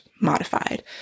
modified